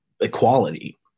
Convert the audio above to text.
equality